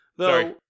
Sorry